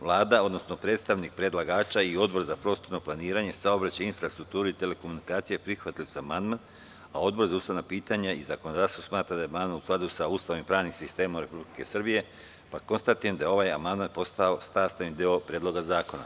Vlada, odnosno predstavnik predlagača, i Odbor za prostorno planiranje, saobraćaj, infrastrukturu i telekomunikacije prihvatili su amandman, a Odbor za ustavna pitanja i zakonodavstvo smatra da je amandman u skladu sa Ustavom i pravnim sistemom Republike Srbije, pa konstatujem da je ovaj amandman postao sastavni deo Predloga zakona.